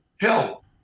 hell